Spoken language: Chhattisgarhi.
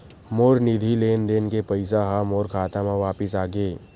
मोर निधि लेन देन के पैसा हा मोर खाता मा वापिस आ गे